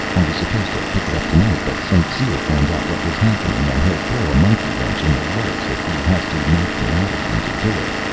i was supposed to pick it up tonight, but st. cyr found out what was happening, and he'll throw a monkey-wrench in the works if he has to knock me out again to do it.